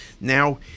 Now